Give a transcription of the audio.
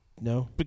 no